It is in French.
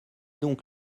donc